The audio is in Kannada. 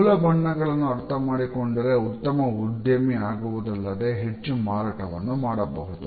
ಮೂಲ ಬಣ್ಣಗಳನ್ನು ಅರ್ಥಮಾಡಿಕೊಂಡರೆ ಉತ್ತಮ ಉದ್ಯಮಿ ಆಗುವುದಲ್ಲದೆ ಹೆಚ್ಚು ಮಾರಾಟವನ್ನು ಮಾಡಬಹುದು